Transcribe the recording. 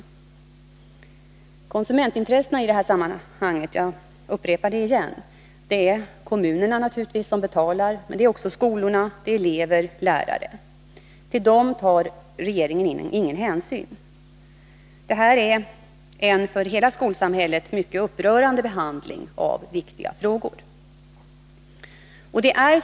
Till konsumentintressena i det här sammanhanget — jag upprepar att det är kommunerna, som betalar för läromedlen, men också skolor, elever och lärare — tar regeringen ingen hänsyn. Det är en för hela skolsamhället mycket upprörande behandling av viktiga frågor.